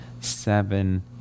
seven